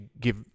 give